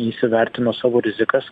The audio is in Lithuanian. įsivertino savo rizikas